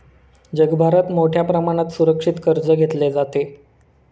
जगभरात मोठ्या प्रमाणात सुरक्षित कर्ज घेतले जाते